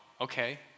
okay